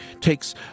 takes